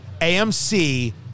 AMC